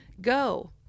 Go